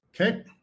Okay